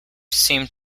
seem